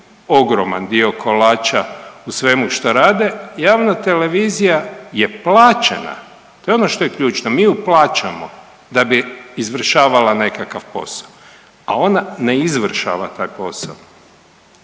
ogroman dio kolača u svemu što rade. Javna televizija je plaćena to je ono što je ključno, mi ju plaćamo da bi izvršavala nekakav posao, a ona ne izvršava taj posao.